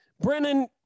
Brennan